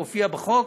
זה מופיע בחוק.